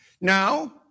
Now